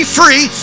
free